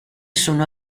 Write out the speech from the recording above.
sono